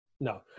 No